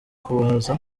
kubahuza